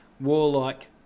warlike